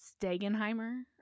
Stegenheimer